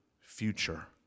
future